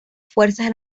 fuerzas